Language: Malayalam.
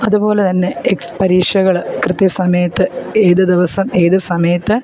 അതു പോലെ തന്നെ പരീക്ഷകൾ കൃത്യ സമയത്ത് ഏതു ദിവസം ഏതു സമയത്ത്